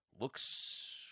looks